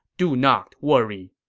do not worry.